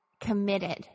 committed